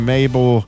Mabel